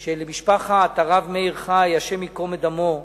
של משפחת הרב מאיר חי, השם ייקום דמו.